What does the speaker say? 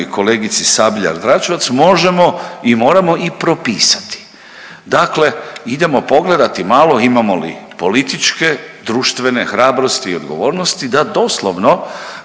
kolegici Sabljar Dračevac možemo i moramo i propisati. Dakle, idemo pogledati malo imamo li političke, društvene hrabrosti i odgovornosti da doslovno